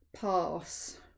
pass